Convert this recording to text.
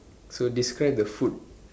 so describe the food